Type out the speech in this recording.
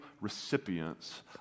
recipients